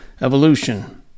evolution